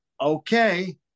okay